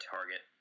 Target